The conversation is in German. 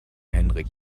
henrik